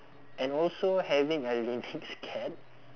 and also having a lynx cat